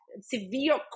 severe